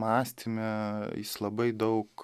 mąstyme jis labai daug